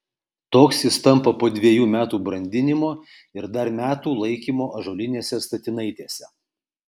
toks jis tampa po dvejų metų brandinimo ir dar metų laikymo ąžuolinėse statinaitėse